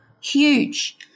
huge